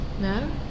No